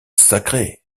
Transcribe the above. sacrées